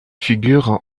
figure